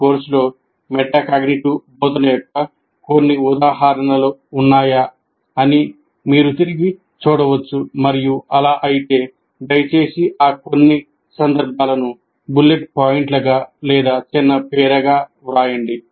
మీ కోర్సులో మెటాకాగ్నిటివ్ బోధన యొక్క కొన్ని ఉదాహరణలు ఉన్నాయా అని మీరు తిరిగి చూడవచ్చు మరియు అలా అయితే దయచేసి ఆ కొన్ని సందర్భాలను బుల్లెట్ పాయింట్లుగా లేదా చిన్న పేరాగా వ్రాయండి